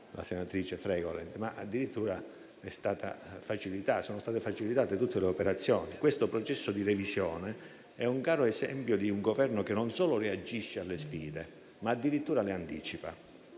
dalla senatrice Fregolent - ma addirittura sono state facilitate tutte le operazioni. Questo processo di revisione è un chiaro esempio di un Governo che non solo reagisce alle sfide, ma addirittura le anticipa